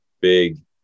big